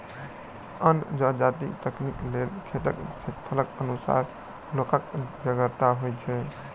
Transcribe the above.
अन्न जजाति कटनीक लेल खेतक क्षेत्रफलक अनुसार लोकक बेगरता होइत छै